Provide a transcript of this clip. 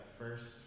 first